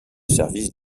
service